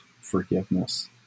forgiveness